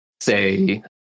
say